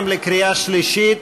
לקריאה שלישית.